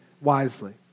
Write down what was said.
wisely